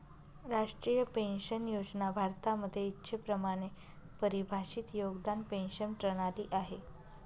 राष्ट्रीय पेन्शन योजना भारतामध्ये इच्छेप्रमाणे परिभाषित योगदान पेंशन प्रणाली आहे